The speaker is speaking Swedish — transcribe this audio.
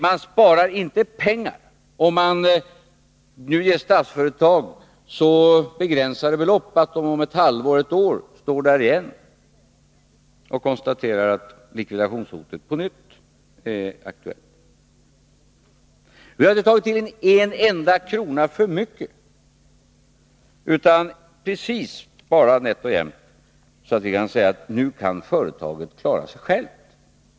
Man spar inte pengar om man nu ger Statsföretag så begränsade belopp att företaget om ett halvår eller ett år står där igen och konstaterar att likvidationshotet på nytt är aktuellt. Vi har inte tagit till en enda krona för mycket utan precis bara nätt och jämnt så mycket att vi kan säga att nu kan företaget klara sig självt.